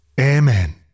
Amen